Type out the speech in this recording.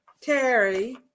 Terry